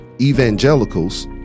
evangelicals